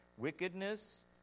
Wickedness